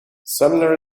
sumner